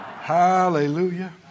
hallelujah